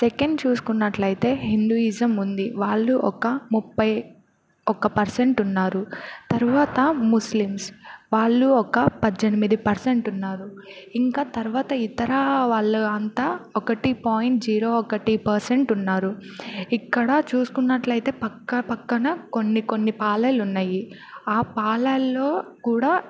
second చూసుకున్నట్టు అయితే Hinduism ఉంది వాళ్ళు ఒక ముప్పై ఒక పర్సెంట్ ఉన్నారు తర్వాత ముస్లిమ్స్ వాళ్ళు ఒక పద్దెనిమిది పర్సెంట్ ఉన్నారు ఇంకా తర్వాత ఇతర వాళ్ళు అంతా ఒకటి పాయింట్ జీరో ఒకటి పర్సెంట్ ఉన్నారు ఇక్కడ చూసుకున్నట్టు అయితే పక్క పక్కన కొన్ని కొన్ని పాలెంలు ఉన్నాయి ఆ పాలెంలలో కూడా